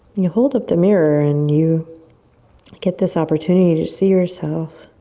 you hold up the mirror and you get this opportunity to see yourself